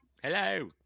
Hello